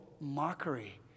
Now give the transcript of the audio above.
mockery